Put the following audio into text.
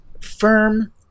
firm